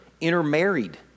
intermarried